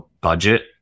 budget